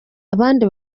abandi